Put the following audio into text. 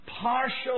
partial